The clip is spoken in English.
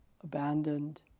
abandoned